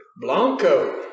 Blanco